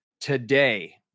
today